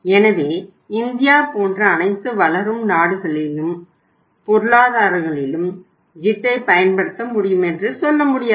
எனவே இந்தியா போன்ற அனைத்து வளரும் பொருளாதாரங்களிலும் JIT ஐப் பயன்படுத்த முடியும் என்று சொல்ல முடியாது